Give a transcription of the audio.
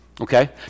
Okay